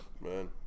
man